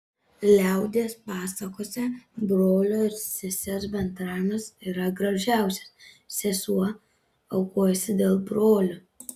liaudies pasakose brolio ir sesers bendravimas yra gražiausias sesuo aukojasi dėl brolių